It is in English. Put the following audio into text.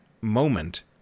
moment